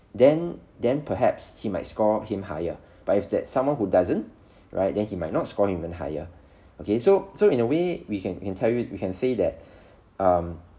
then then perhaps he might score him higher but if that someone who doesn't right then he might not score even higher okay so so in a way we can interview it we can say that um